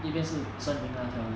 一边是森林那一条路